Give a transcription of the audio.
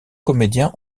comédiens